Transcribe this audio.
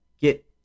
get